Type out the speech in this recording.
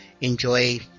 enjoy